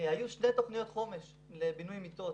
היו שתי תוכניות חומש לבינוי מיטות